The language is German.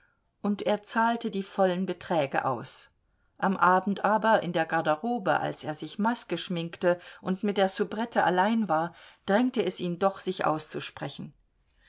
und er zahlte die vollen beträge aus am abend aber in der garderobe als er sich maske schminkte und mit der soubrette allein war drängte es ihn doch sich auszusprechen